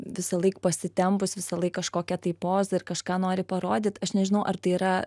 visąlaik pasitempus visąlaik kažkokia tai poza ir kažką nori parodyt aš nežinau ar tai yra